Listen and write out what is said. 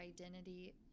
identity